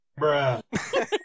Bruh